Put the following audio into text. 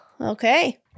Okay